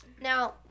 Now